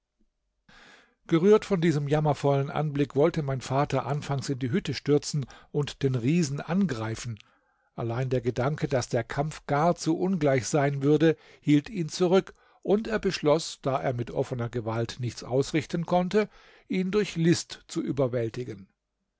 gerührt von diesem jammervollen anblick wollte mein vater anfangs in die hütte stürzen und den riesen angreifen allein der gedanke daß der kampf gar zu ungleich sein würde hielt ihn zurück und er beschloß da er mit offener gewalt nichts ausrichten konnte ihn durch list zu überwältigen